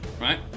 right